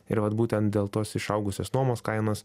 ir vat būtent dėl tos išaugusios nuomos kainos